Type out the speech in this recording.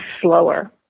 slower